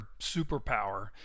superpower